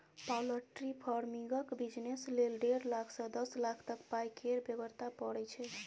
poultry फार्मिंगक business लेल डेढ़ लाख सँ दस लाख तक पाइ केर बेगरता परय छै